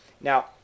Now